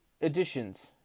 additions